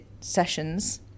sessions